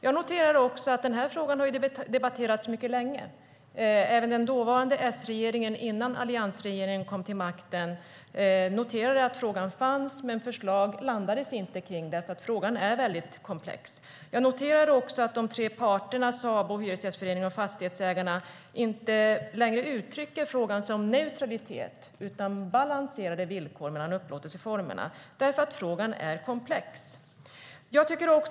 Jag noterar att frågan har debatterats mycket länge. Även den dåvarande S-regeringen innan alliansregeringen kom till makten noterade att frågan fanns men landade inte kring något förslag eftersom frågan är komplex. Jag noterar också att de tre parterna - Sabo, Hyresgästföreningen och Fastighetsägarna - inte längre uttrycker frågan som neutralitet utan som balanserade villkor mellan upplåtelseformerna, just eftersom frågan är komplex.